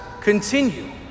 continue